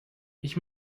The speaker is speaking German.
ich